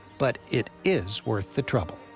but it is worth the trouble.